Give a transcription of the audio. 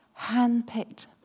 handpicked